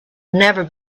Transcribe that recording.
never